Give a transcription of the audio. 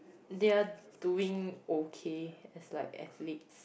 there are doing okay as like athlete